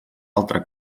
altra